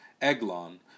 Eglon